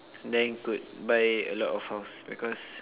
then could buy a lot of house because